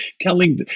telling